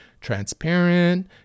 transparent